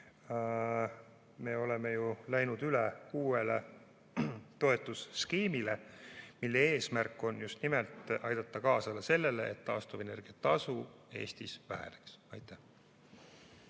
me oleme läinud üle uuele toetusskeemile, mille eesmärk on just nimelt aidata kaasa sellele, et taastuvenergia tasu Eestis väheneks. Aitäh!